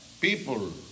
People